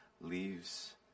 leaves